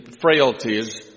frailties